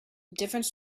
different